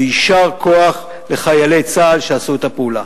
ויישר כוח לחיילי צה"ל שעשו את הפעולה.